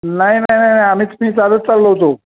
नाही नाही आम्ही मी चालत चाललो होतो